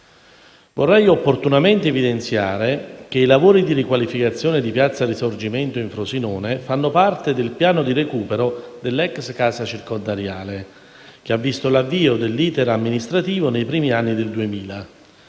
Vorrei opportunamente evidenziare che i lavori di riqualificazione di piazza Risorgimento in Frosinone fanno parte del piano di recupero dell'ex Casa circondariale, che ha visto l'avvio dell'*iter* amministrativo nei primi anni Duemila.